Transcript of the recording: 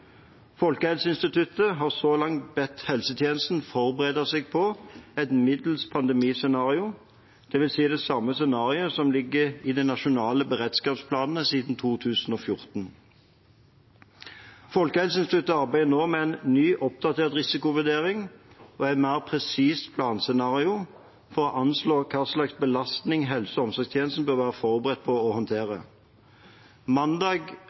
Folkehelseinstituttet har så langt bedt helsetjenesten forberede seg på et middels pandemiscenario, dvs. det samme scenarioet som har ligget i de nasjonale beredskapsplanene siden 2014. Folkehelseinstituttet arbeider nå med en ny, oppdatert risikovurdering og et mer presist planscenario for å anslå hva slags belastning helse- og omsorgstjenesten bør være forberedt på å håndtere. Mandag,